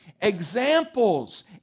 examples